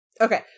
Okay